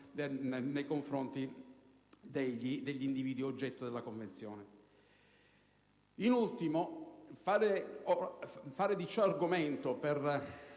disposizione degli individui oggetto della Convenzione. Da ultimo, fare di ciò argomento per